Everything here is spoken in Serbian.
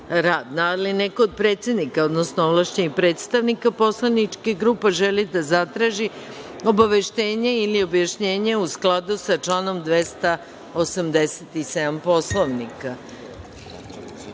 li neko od predsednika, odnosno ovlašćenih predstavnika poslaničkih grupa želi da zatraži obaveštenje ili objašnjenje u skladu sa članom 287. Poslovnika? Narodni